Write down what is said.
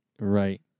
right